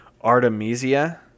artemisia